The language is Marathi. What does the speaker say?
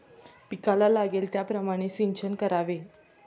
पिकाला लागेल त्याप्रमाणे सिंचन करावे